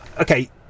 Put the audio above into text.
Okay